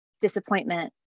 disappointment